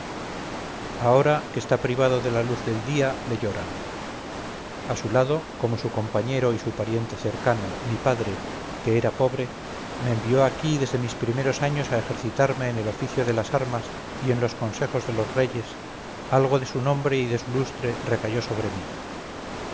ahora que está privado de la luz del día le lloran a su lado como su compañero y su pariente cercano mi padre que era pobre me envió aquí desde mis primeros años a ejercitarme en el oficio de las armas y en los consejos de los reyes algo de su nombre y de su lustre recayó sobre mí